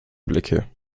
blicke